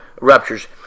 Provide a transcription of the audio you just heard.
ruptures